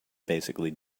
basically